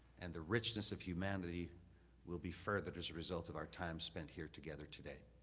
and the richness of humanity will be furthered as a result of our time spent here together today.